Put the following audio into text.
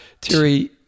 Terry